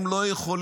הם לא יכולים,